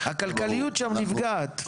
הכלכליות שם נפגעת.